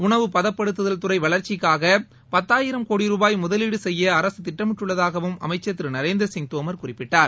உணவு பதப்படுத்துதல் துறை வளர்ச்சிக்காக பத்தாயிரம் கோடி செய்ய ரூபாய் முதலீடு அரசு திட்டமிட்டுள்ளதாகவும் அமைச்சர் திரு நரேந்திரசிங் தோமர் குறிப்பிட்டார்